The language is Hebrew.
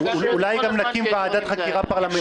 אולי גם נקים ועדת חקירה פרלמנטרית על הממד החמישי.